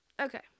okay